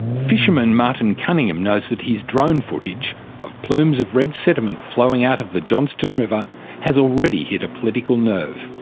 fisherman martin cunningham knows that his drone footage of plumes of red sediment flowing out of the johnstone river has already hit a political nerve.